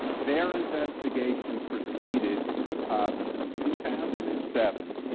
their investigation proceeded from two thousand and seven